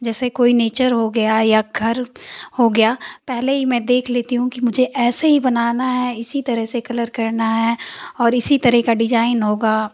जैसे कोई नेचर हो गया या घर हो गया पहले ही मैं देख लेती हूँ कि मुझे ऐसे ही बनाना है इसी तरह से कलर करना है और इसी तरह का डिजाइन होगा